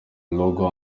illogical